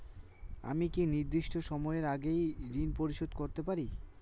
আমি কি নির্দিষ্ট সময়ের আগেই ঋন পরিশোধ করতে পারি?